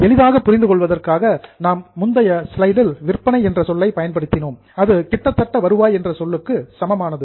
எளிதாக புரிந்து கொள்வதற்காக நாம் முந்தைய ஸ்லைடில் விற்பனை என்ற சொல்லை பயன்படுத்தினோம் அது கிட்டத்தட்ட வருவாய் என்ற சொல்லுக்கு சமமானது